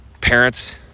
parents